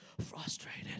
frustrated